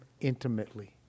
intimately